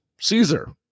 Caesar